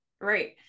Right